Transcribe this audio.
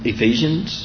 Ephesians